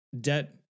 debt